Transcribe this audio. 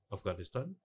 Afghanistan